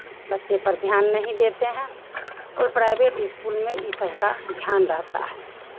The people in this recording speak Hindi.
बच्चे पर ध्यान नहीं देते हैं और प्राइवेट स्कूल में इन सबका ध्यान रहता है